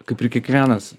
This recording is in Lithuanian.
kaip ir kiekvienas